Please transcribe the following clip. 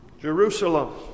Jerusalem